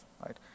right